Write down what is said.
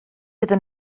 iddyn